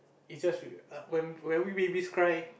is just r~ when when we babies cry